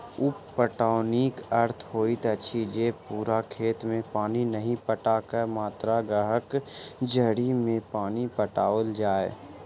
उप पटौनीक अर्थ होइत अछि जे पूरा खेत मे पानि नहि पटा क मात्र गाछक जड़ि मे पानि पटाओल जाय